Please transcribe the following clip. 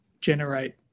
generate